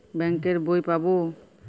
Bank এর বই পাবো?